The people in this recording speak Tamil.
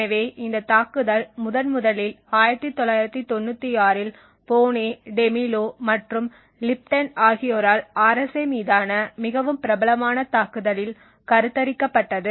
எனவே இந்த தாக்குதல் முதன்முதலில் 1996 இல் போனே டெமில்லோ மற்றும் லிப்டன் ஆகியோரால் RSA மீதான மிகவும் பிரபலமான தாக்குதலில் கருத்தரிக்கப்பட்டது